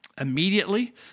immediately